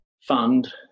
Fund